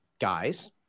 Guys